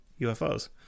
UFOs